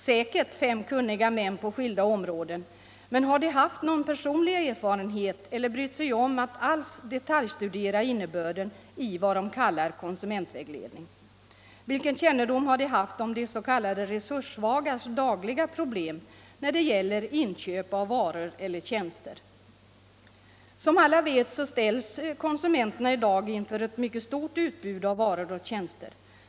Säkert är de fem kunniga män på skilda områden, men har de haft någon personlig erfarenhet eller alls brytt sig om att detaljstudera innebörden av vad de kallar konsumentvägledning? Vilken kännedom har de haft om de s.k. resurssvagas dagliga problem när det gäller inköp av varor eller tjänster? Som alla vet ställs konsumenterna i dag inför ett mycket stort utbud av varor och tjänster.